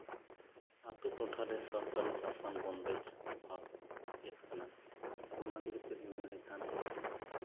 ᱟᱛᱳ ᱴᱚᱴᱷᱟᱨᱮ ᱥᱚᱨᱠᱟᱨᱤ ᱵᱚᱱᱫᱮᱡᱽ ᱚᱵᱷᱟᱵ ᱪᱮᱫ ᱠᱟᱱᱟ ᱚᱱᱟ ᱤᱫᱤ ᱠᱟᱛᱮ ᱢᱮᱱ ᱞᱮᱠᱷᱟᱱ